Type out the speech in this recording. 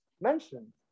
mentioned